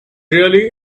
really